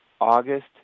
August